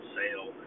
sale